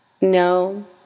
No